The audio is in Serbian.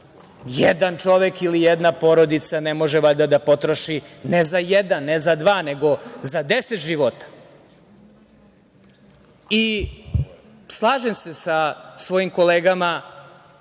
jedan čovek ili jedna porodica ne može valjda da potroši ne za jedan, ne za dva, nego za deset života. Slažem se sa svojim kolegama